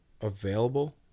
available